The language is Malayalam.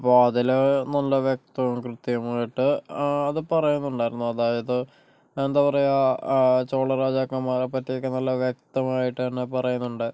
അപ്പോൾ അതില് നല്ല വ്യക്തമായി കൃത്യമായിട്ട് അത് പറയുന്നുണ്ടായിരുന്നു അതായത് എന്താ പറയുക ചോള രാജാക്കന്മാരെപ്പറ്റിയൊക്കെ നല്ല വ്യക്തമായിട്ട് തന്നെ പറയുന്നുണ്ട്